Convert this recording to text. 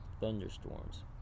thunderstorms